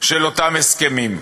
של אותם הסכמים.